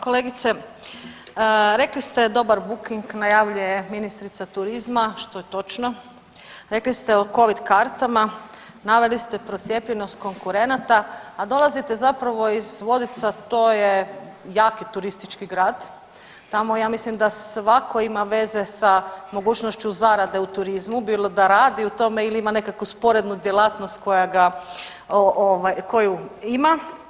Kolegice, rekli ste, dobar booking najavljuje ministrica turizma, što je točno, rekli ste o Covid kartama, naveli ste procijepljenost konkurenata, a dolazite zapravo iz Vodica, to je jaki turistički grad, tamo ja mislim da svatko ima veze sa mogućnošću zarade u turizmu, bilo da radi u tome ili ima nekakvu sporednu djelatnost koja ga, koju ima.